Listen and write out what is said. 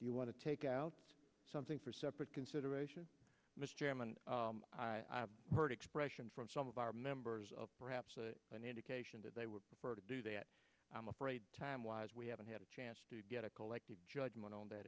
you want to take out something for separate consideration mr chairman i heard expression from some of our members of perhaps an indication that they would prefer to do that i'm afraid time wise we haven't had a chance to get a collective judgment on that